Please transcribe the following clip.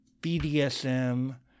BDSM